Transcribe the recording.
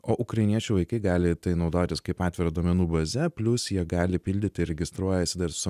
o ukrainiečių vaikai gali tai naudotis kaip atvira duomenų baze plius jie gali pildyti registruojasi dar su